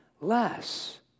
less